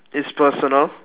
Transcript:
it's personal